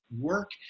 work